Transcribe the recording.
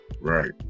Right